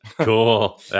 Cool